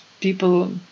people